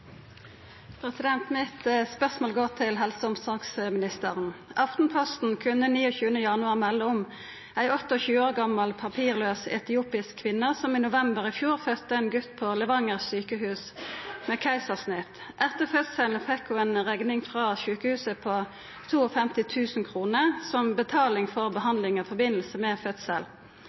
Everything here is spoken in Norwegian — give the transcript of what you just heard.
omsorgsministeren. Aftenposten kunne 29. januar melda om ei 28 år gamal papirlaus etiopisk kvinne som i november i fjor fødde ein gut ved keisarsnitt på Sykehuset Levanger. Etter fødselen fekk ho ei rekning frå sjukehuset på 52 000 kr som betaling for behandlinga i samband med